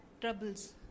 troubles